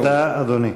תודה, אדוני.